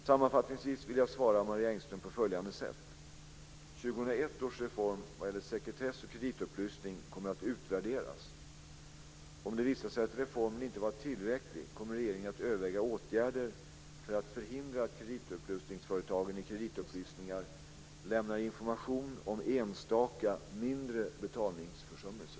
Sammanfattningsvis vill jag svara Marie Engström på följande sätt. 2001 års reform vad gäller sekretess och kreditupplysning kommer att utvärderas. Om det visar sig att reformen inte var tillräcklig kommer regeringen att överväga åtgärder för att förhindra att kreditupplysningsföretagen i kreditupplysningar lämnar information om enstaka, mindre betalningsförsummelser.